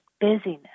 busyness